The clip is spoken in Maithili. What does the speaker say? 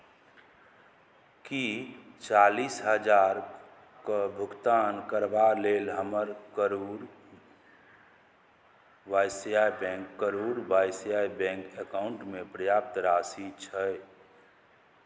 की चालीस हजारके भुगतान करबा लेल हमर करूर वायस्या बैंक करूर वायस्या बैंक अकाउंटमे पर्याप्त राशि छै